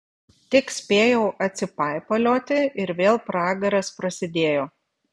tik spėjau atsipaipalioti ir vėl pragaras prasidėjo